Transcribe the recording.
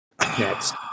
next